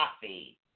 coffee